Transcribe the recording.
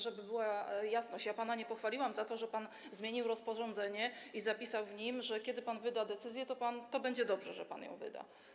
Żeby była jasność, ja pana nie pochwaliłam za to, że pan zmienił rozporządzenie i zapisał w nim, że kiedy pan wyda decyzję, to będzie dobrze, że pan ją wydał.